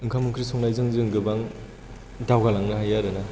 ओंखाम ओंख्रि संनायजों जों गोबां दावगा लांनो हायो आरोना